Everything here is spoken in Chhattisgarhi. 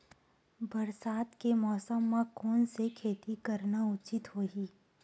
बरसात के मौसम म कोन से खेती करना उचित होही?